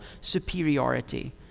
superiority